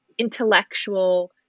intellectual